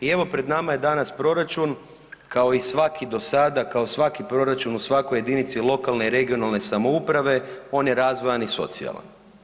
I evo pred nama je danas proračun kao i svaki do sada, kao i svaki proračun u svakoj jedinici lokalne i regionalne samouprave on je razvojan i socijalan.